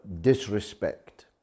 disrespect